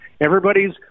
Everybody's